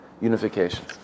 unification